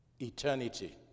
Eternity